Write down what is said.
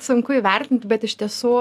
sunku įvertint bet iš tiesų